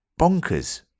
bonkers